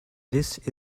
this